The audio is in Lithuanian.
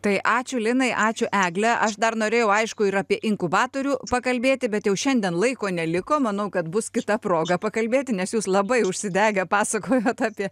tai ačiū linai ačiū egle aš dar norėjau aišku ir apie inkubatorių pakalbėti bet jau šiandien laiko neliko manau kad bus kita proga pakalbėti nes jūs labai užsidegę pasakojot apie